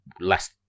less